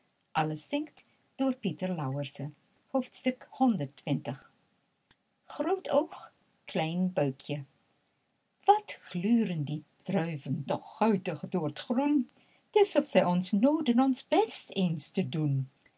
buikje wat gluren die druiven toch guitig door t groen t is of zij ons nooden ons best eens te doen